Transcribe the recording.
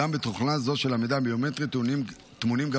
אולם בתוכנה זו של המידע הביומטרי טמונים גם